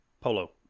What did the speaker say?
Polo